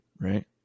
right